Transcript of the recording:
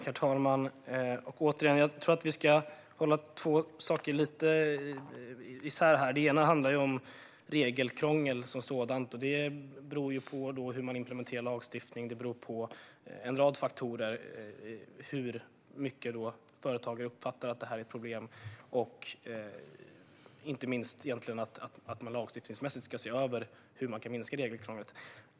Herr talman! Återigen: Vi ska hålla två saker isär. Den ena handlar om regelkrångel som sådant, och det beror på hur man implementerar lagstiftning och på en rad faktor om företag uppfattar att det är ett problem. Det gäller inte minst att man lagstiftningsmässigt ska se över hur man kan minska regelkrånglet.